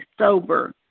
sober